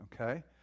Okay